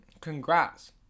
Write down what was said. congrats